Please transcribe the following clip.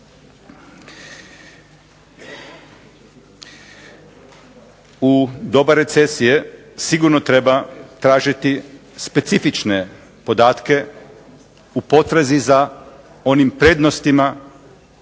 U doba recesije sigurno treba tražiti specifične podatke u potrazi za onim prednostima